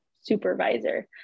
supervisor